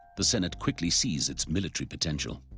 the senate quickly sees its military potential.